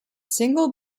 single